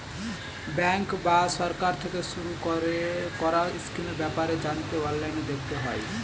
bank বা সরকার থেকে শুরু করা স্কিমের ব্যাপারে জানতে অনলাইনে দেখতে হয়